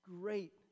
great